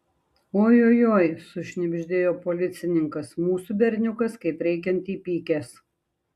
ojojoi sušnibždėjo policininkas mūsų berniukas kaip reikiant įpykęs